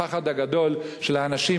הפחד הגדול של האנשים,